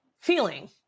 feeling